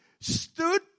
stood